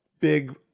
big